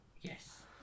Yes